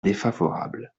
défavorable